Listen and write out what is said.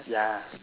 ya